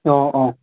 অ অ